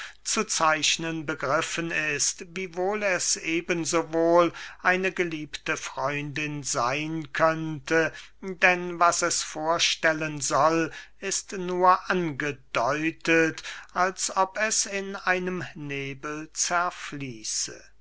zu zeichnen begriffen ist wiewohl es eben so wohl eine geliebte freundin seyn könnte denn was es vorstellen soll ist nur angedeutet als ob es in einem nebel zerfließe